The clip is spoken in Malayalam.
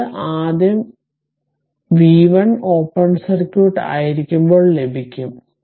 അതിനാൽ ഇത് ആദ്യം ആ v 1 ഓപ്പൺ സർക്യൂട്ട് ആയിരിക്കുമ്പോൾ ലഭിക്കും